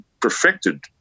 perfected